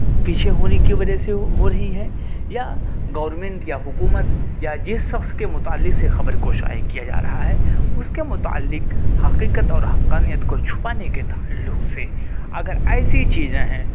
پیچھے ہونے کی وجہ سے ہو رہی ہیں یا گورنمنٹ یا حکومت یا جس سخص کے متعلق سے خبر کو شائع کیا جا رہا ہے اس کے متعلق حقیقت اور حقانیت کو چھپانے کے تعلق سے اگر ایسی چیزیں ہیں